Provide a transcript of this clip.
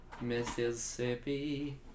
Mississippi